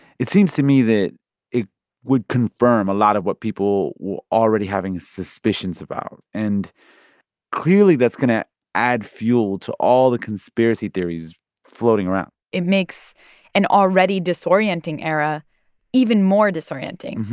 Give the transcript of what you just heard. it seems to me that it would confirm a lot of what people were already having suspicions about. and clearly, that's going to add fuel to all the conspiracy theories floating around it makes an already disorienting era even more disorienting.